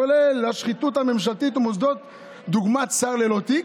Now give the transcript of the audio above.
כולל השחיתות הממשלתית ומוסדות דוגמת 'שר ללא תיק'